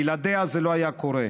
בלעדיה זה לא היה קורה,